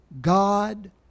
God